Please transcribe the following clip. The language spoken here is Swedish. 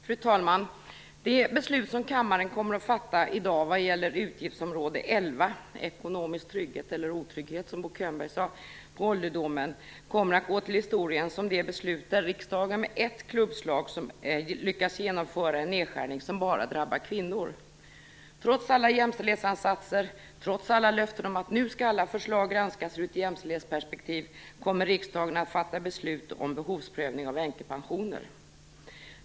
Fru talman! Det beslut som kammaren kommer att fatta i dag vad gäller utgiftsområde 11, ekonomisk trygghet, eller otrygghet som Bo Könberg sade, på ålderdomen, kommer att gå till historien som det beslut där riksdagen med ett klubbslag lyckas genomföra en nedskärning som bara drabbar kvinnor. Trots alla jämställdhetsansatser och trots alla löften om att nu skall alla förslag granskas ur ett jämställdhetsperspektiv kommer riksdagen att fatta beslut om behovsprövning av änkepensioner.